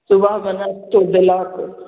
सुबहके नस्तो देलक